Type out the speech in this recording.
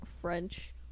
French